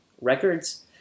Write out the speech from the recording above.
records